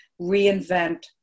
reinvent